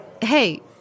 Hey